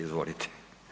Izvolite.